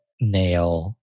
Nail